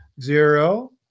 Zero